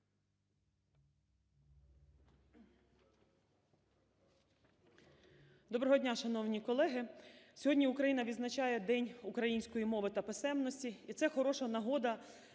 Доброго дня, шановні колеги! Сьогодні Україна відзначає День української мови та писемності. І це хороша нагода